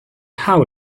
how